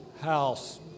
house